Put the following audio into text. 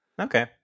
okay